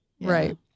Right